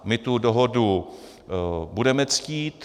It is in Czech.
My tu dohodu budeme ctít.